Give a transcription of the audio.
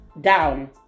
down